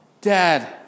Dad